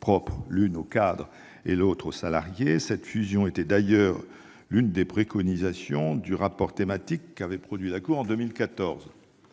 propres l'une aux cadres et l'autre aux salariés. Cette fusion était d'ailleurs l'une des préconisations du rapport thématique qu'avait produit la Cour en 2014.